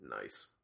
nice